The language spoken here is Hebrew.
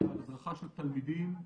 על הדרכה של תלמידים,